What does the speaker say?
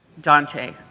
Dante